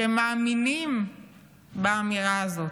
שמאמינים באמירה הזאת: